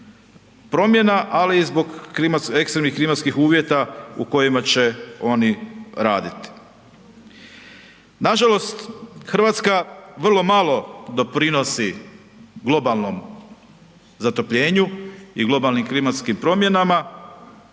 promjena, ali i zbog ekstremnih klimatskih uvjeta u kojima će oni raditi. Nažalost Hrvatska vrlo malo doprinosi globalnom zatopljenju i globalnim klimatskim promjenama,